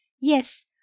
Yes